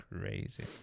crazy